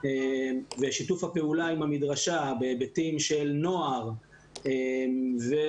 ושיתוף הפעולה עם המדרשה בהיבטים של נוער והמבט